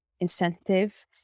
incentive